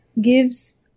gives